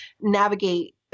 navigate